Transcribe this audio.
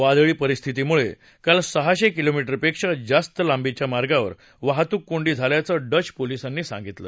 वादळी परिस्थितीमुळे काल सहाशे किलोमीटरपेक्षा जास्त लांबीच्या मार्गावर वाहतूक कोंडी झाल्याचं डच पोलिसांनी सांगितलं